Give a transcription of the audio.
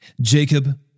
Jacob